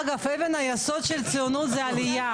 אגב ערך עליון של ציונות זה עלייה.